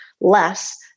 less